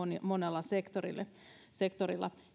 monella sektorilla